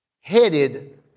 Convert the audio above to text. headed